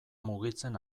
mugitzen